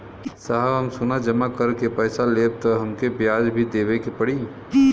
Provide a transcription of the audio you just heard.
साहब हम सोना जमा करके पैसा लेब त हमके ब्याज भी देवे के पड़ी?